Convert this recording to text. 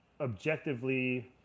Objectively